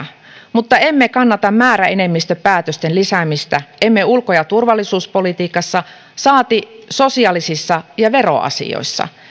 mutta emme kannata määräenemmistöpäätösten lisäämistä emme ulko ja turvallisuuspolitiikassa saati sosiaalisissa ja veroasioissa